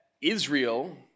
Israel